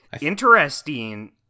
Interesting